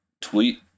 tweet